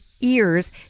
ears